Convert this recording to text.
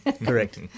Correct